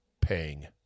paying